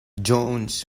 jones